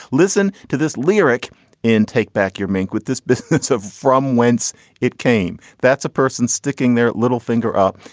listen. to this lyric in take back your meinck with this biscuit's of from whence it came. that's a person sticking their little finger up.